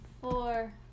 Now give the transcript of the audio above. four